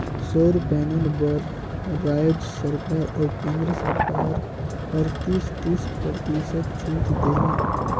सउर पैनल बर रायज सरकार अउ केन्द्र सरकार हर तीस, तीस परतिसत छूत देही